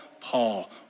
Paul